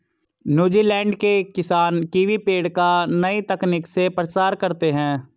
New Zealand के किसान kiwi पेड़ का नई तकनीक से प्रसार करते हैं